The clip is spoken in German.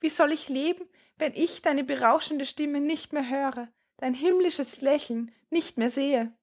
wie soll ich leben wenn ich deine berauschende stimme nicht mehr höre dein himmlisches lächeln nicht mehr sehe